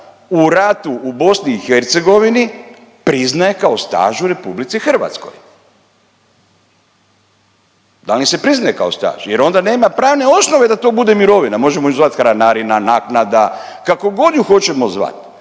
u ratu u Bosni i Hercegovini priznaje kao staž u Republici Hrvatskoj? Da li im se priznaje kao staž? Jer onda nema pravne osnove da to bude mirovina. Možemo ju zvati hranarina, naknada, kako god ju hoćemo zvati.